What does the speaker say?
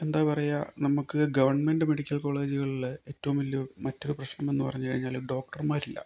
എന്താ പറയുക നമുക്ക് ഗവൺമെൻറ് മെഡിക്കൽ കോളേജുകളിലെ ഏറ്റവും വലിയ മറ്റൊരു പ്രശ്നം എന്ന് പറഞ്ഞു കഴിഞ്ഞാൽ ഡോക്ടർമാരില്ല